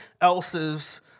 else's